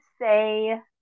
say